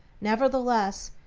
nevertheless,